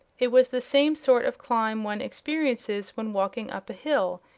it was the same sort of climb one experiences when walking up a hill,